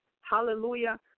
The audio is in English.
hallelujah